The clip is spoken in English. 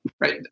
Right